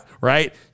right